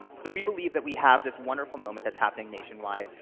so we believe that we have this wonderful moment that's happening nationwide.